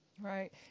Right